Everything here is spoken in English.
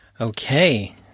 Okay